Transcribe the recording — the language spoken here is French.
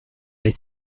les